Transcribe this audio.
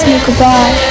Goodbye